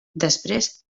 després